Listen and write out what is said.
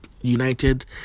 united